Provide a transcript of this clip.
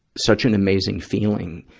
such an amazing feeling.